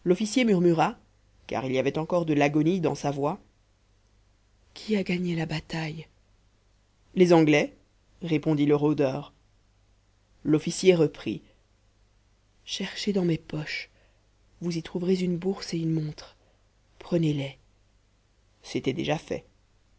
murmura car il y avait encore de l'agonie dans sa voix qui a gagné la bataille les anglais répondit le rôdeur l'officier reprit cherchez dans mes poches vous y trouverez une bourse et une montre prenez-les c'était déjà fait